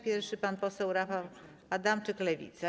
Pierwszy pan poseł Rafał Adamczyk, Lewica.